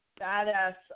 badass